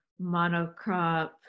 monocrop